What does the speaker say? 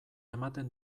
ematen